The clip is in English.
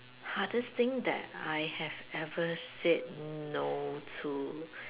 hardest thing that I have ever said no to